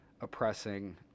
oppressing